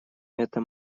это